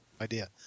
Idea